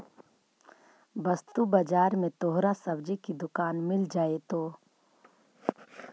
वस्तु बाजार में तोहरा सब्जी की दुकान मिल जाएतो